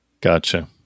gotcha